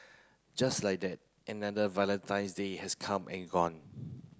just like that another Valentine's Day has come and gone